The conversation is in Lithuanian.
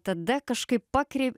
tada kažkaip pakrei